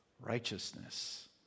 righteousness